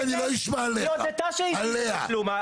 או שאני לא אשמע עליך, עליה.